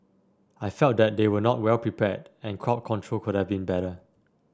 I felt that they were not well prepared and crowd control could have been better